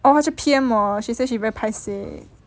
orh 她去 P_M 我 she say she very paiseh